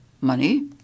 money